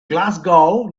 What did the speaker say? glasgow